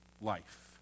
life